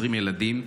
20 ילדים,